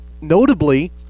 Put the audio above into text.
notably